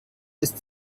ist